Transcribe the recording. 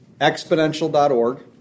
Exponential.org